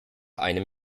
einem